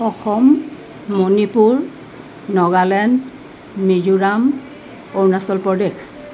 Assam Manipur Nagaland Mizoram Arunachal Pradesh